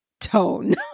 tone